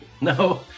no